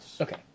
Okay